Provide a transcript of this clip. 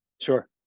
Sure